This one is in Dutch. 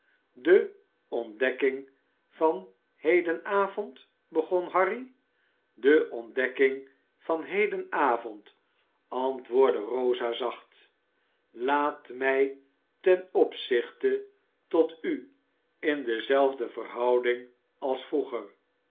de ontdekking van heden avond begon harry de ontdekking van heden avond antwoordde rosa zacht laat mij ten opzichte tot u in dezelfde verhouding als vroeger